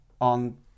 on